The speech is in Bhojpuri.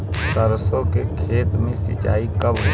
सरसों के खेत मे सिंचाई कब होला?